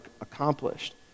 accomplished